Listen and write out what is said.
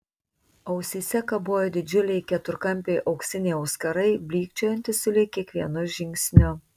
ausyse kabojo didžiuliai keturkampiai auksiniai auskarai blykčiojantys sulig kiekvienu žingsniu